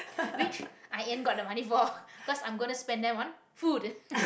which i ain't got the money for 'cause i'm gonna spend them on food